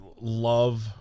love